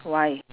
why